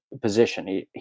position